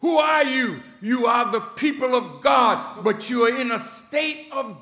who are you you are the people of god but you are in a state of